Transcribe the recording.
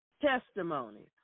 testimony